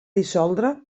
dissoldre